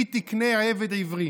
כי תקנה עבד עברי".